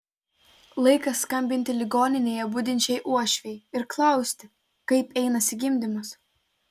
laikas skambinti ligoninėje budinčiai uošvei ir klausti kaip einasi gimdymas